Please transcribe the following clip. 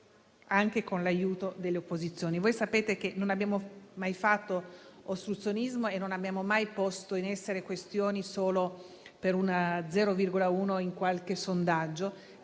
anche con l'aiuto delle opposizioni. Voi sapete che non abbiamo mai fatto ostruzionismo; che non abbiamo mai posto in essere questioni solo per avvantaggiarci dello